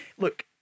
look